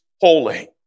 holy